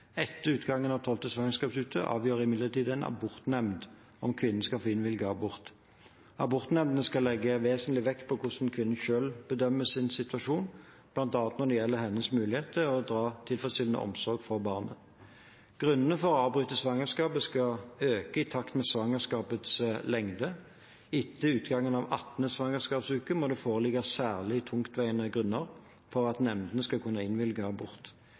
Etter utgangen av tolvte svangerskapsuke avgjør imidlertid en abortnemnd om kvinnen skal få innvilget abort. Abortnemndene skal legge vesentlig vekt på hvordan kvinnen selv bedømmer sin situasjon, bl.a. når det gjelder hennes mulighet til å ta tilfredsstillende omsorg for barnet. Grunnene for å avbryte svangerskapet skal øke i takt med svangerskapets lengde. Etter utgangen av 18. svangerskapsuke må det foreligge særlig tungtveiende grunner for at nemndene skal kunne innvilge abort.